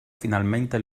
finalmente